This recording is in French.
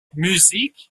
musique